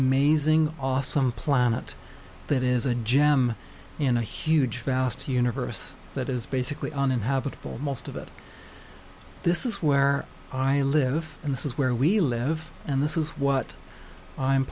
amazing awesome planet that is a gem in a huge vast universe that is basically uninhabitable most of it this is where i live in this is where we live and this is what i'm